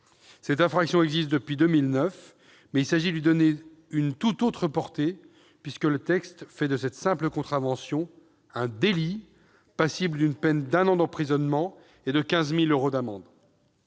Cette infraction existe depuis 2009, mais il s'agit de lui donner une tout autre portée, puisque le texte fait de cette simple contravention un délit passible d'une peine d'un an d'emprisonnement et de 15 000 euros d'amende.